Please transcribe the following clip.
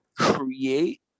create